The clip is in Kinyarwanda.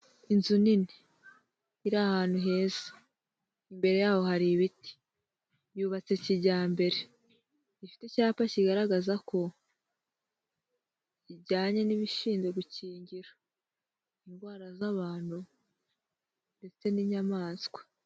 Inzu nini iri ahantu heza imbere yaho hari ibiti yubatse kijyambere, ifite icyapa kigaragaza ko ijyanye n'ibishinzwe gukingira indwara z'abantu ndetse n'inyamaswa.